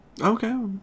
Okay